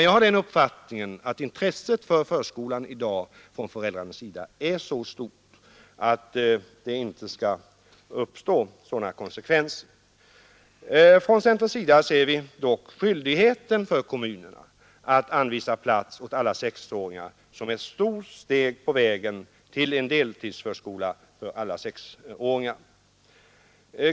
Jag har dock det intrycket att intresset för förskolan från föräldrarnas sida i dag är så stort att det inte skall uppstå sådana konsekvenser. Från centerns sida ser vi dock skyldigheten för kommunerna att anvisa plats åt alla sexåringar som ett stort steg på vägen till en deltidsförskola för alla sexåringar.